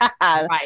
Right